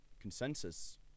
consensus